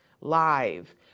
live